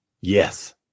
Yes